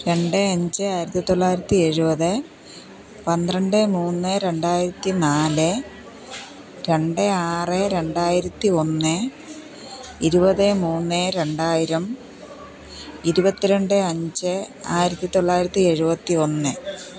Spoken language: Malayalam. രണ്ട് അഞ്ച് ആയിരത്തി തൊള്ളായിരത്തി എഴുപത് പന്ത്രണ്ട് മൂന്ന് രണ്ടായിരത്തി നാല് രണ്ട് ആറ് രണ്ടായിരത്തി ഒന്ന് ഇരുപത് മൂന്ന് രണ്ടായിരം ഇരുപത്തിരണ്ട് അഞ്ച് ആയിരത്തി തൊള്ളായിരത്തി എഴുപത്തി ഒന്ന്